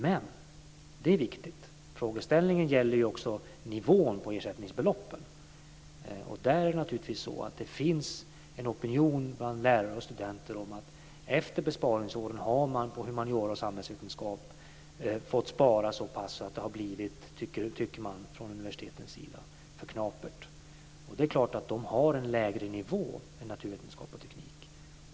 Men - det är viktigt - frågeställningen gäller också nivån på ersättningsbeloppen. Där är det naturligtvis så att det finns en opinion bland lärare och studenter. Efter besparingsåren har man inom humaniora och samhällsvetenskap fått spara så pass att det har blivit, tycker man från universitetens sida, för knapert. Det är klart att dessa områden har en lägre nivå än naturvetenskap och teknik.